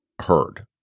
heard